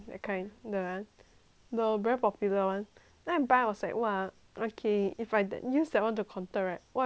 the very popular [one] then I buy I was like !wah! okay if I use that [one] to contour right !wah! really really will work [one]